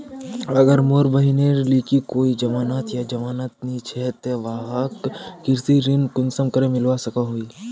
अगर मोर बहिनेर लिकी कोई जमानत या जमानत नि छे ते वाहक कृषि ऋण कुंसम करे मिलवा सको हो?